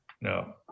no